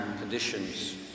conditions